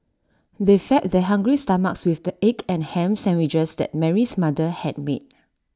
they fed their hungry stomachs with the egg and Ham Sandwiches that Mary's mother had made